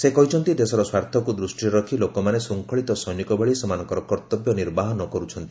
ସେ କହିଛନ୍ତି ଦେଶର ସ୍ୱାର୍ଥକୁ ଦୃଷ୍ଟିରେ ରଖି ଲୋକମାନେ ଶୃଙ୍ଖଳିତ ସୈନିକ ଭଳି ସେମାନଙ୍କର କର୍ତ୍ତବ୍ୟ ନିର୍ବାହନ କରୁଛନ୍ତି